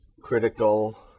critical